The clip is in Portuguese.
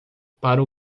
para